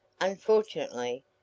Unfortunately